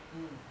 mm